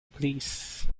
please